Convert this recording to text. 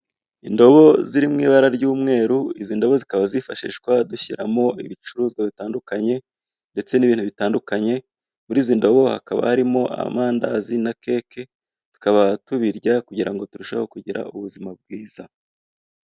Indobo ziri mi ibara ry'umweru, izi ndobo zikaba zifashishwa dushyiramo ibicuruzwa bitandukanye, ndetse n'ibintu bitandukanye, muri izi ndobo hakaba harimo amandazi na keke, tukaba tubirya kugira ngo turusheho kugira ubuzima bwiza.